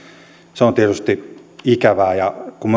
se on tietysti ikävää kun